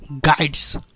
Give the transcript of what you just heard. guides